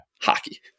hockey